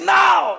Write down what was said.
now